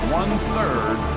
one-third